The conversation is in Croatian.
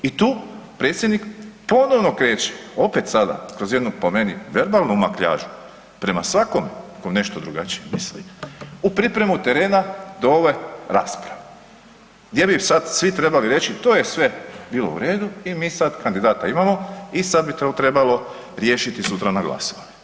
I tu predsjednik ponovno kreće opet sada kroz jednu, po meni, verbalnu makljažu prema svakome tko nešto drugačije misli u pripremu terena do ove rasprave gdje bi sad svi trebali reći, to je sve bilo u redu i mi sad kandidata imamo i sad bi to trebalo riješiti sutra na glasovanju.